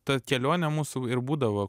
ta kelionė mūsų ir būdavo